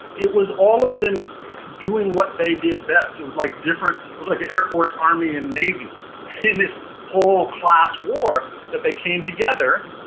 it was all of them doing what they did best. it was like different schools, like the air force, army and navy in this whole class war that they came together.